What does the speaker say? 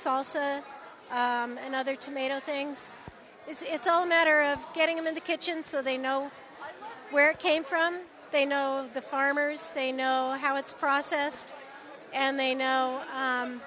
salsa and other tomato things it's all a matter of getting them in the kitchen so they know where it came from they know of the farmers they know how it's processed and they know